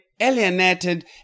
alienated